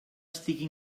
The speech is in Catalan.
estigui